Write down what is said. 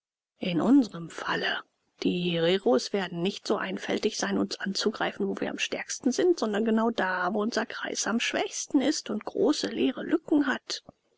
in unsrem falle die hereros werden nicht so einfältig sein uns anzugreifen wo wir am stärksten sind sondern genau da wo unser kreis am schwächsten ist und große leere lücken hat